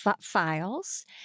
files